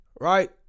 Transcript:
right